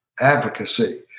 advocacy